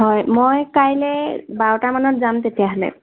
হয় মই কাইলৈ বাৰটামানত যাম তেতিয়াহ'লে